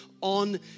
on